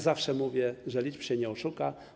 Zawsze mówię, że liczb się nie oszuka.